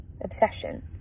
obsession